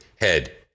Head